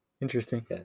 Interesting